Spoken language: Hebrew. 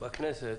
בכנסת,